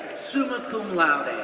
summa cum laude,